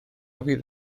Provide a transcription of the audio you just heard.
fydd